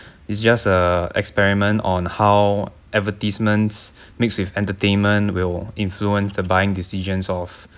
it's just a experiment on how advertisements mixed with entertainment will influence the buying decisions of